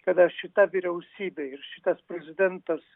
kada šita vyriausybė ir šitas prezidentas